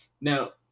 now